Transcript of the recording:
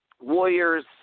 Warriors